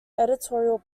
editorial